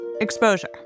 Exposure